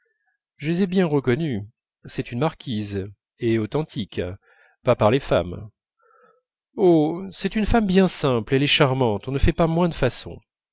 je les ai bien reconnus c'est une marquise et authentique pas par les femmes oh c'est une femme bien simple elle est charmante on ne fait pas moins de façons